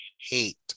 hate